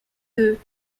deux